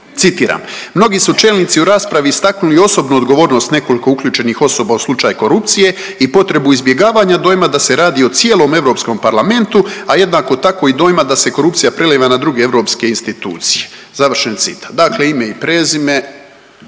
Citiram: „Mnogi su čelnici u raspravi istaknuli osobnu odgovornost nekoliko uključenih osoba u slučaju korupcije i potrebu izbjegavanja dojama da se radi o cijelom Europskom parlamentu, a jednako tako i dojma da se korupcija preljeva na druge europske institucije.“ Završen citat. Dakle, ime i prezime,